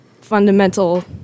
fundamental